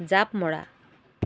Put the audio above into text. জাঁপ মৰা